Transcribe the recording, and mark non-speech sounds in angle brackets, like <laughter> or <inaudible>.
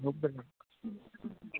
<unintelligible>